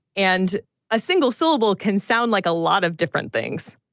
and a single syllable can sound like a lot of different things